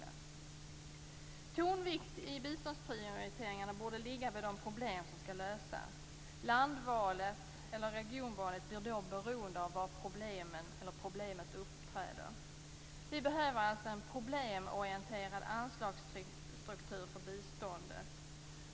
Tonvikten i biståndsprioriteringarna borde ligga på de problem som skall lösas. Land eller regionvalet blir då beroende av var problemen eller problemet uppträder. Vi behöver en problemorienterad anslagsstruktur för biståndet.